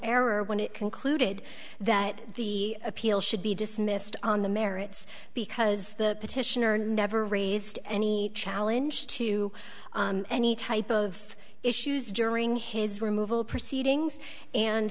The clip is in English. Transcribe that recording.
error when it concluded that the appeal should be dismissed on the merits because the petitioner never raised any challenge to any type of issues during his removal proceedings and